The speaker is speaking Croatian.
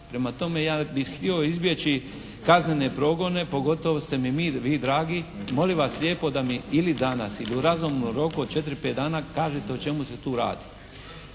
Prema tome, ja bih htio izbjeći kaznene progone, pogotovo ste mi vi dragi, molim vas lijepo da mi ili danas ili u razumnom roku od četiri, pet dana kažete o čemu se tu radi.